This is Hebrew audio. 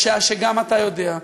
בשעה שגם אתה יודע,